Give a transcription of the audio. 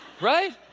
Right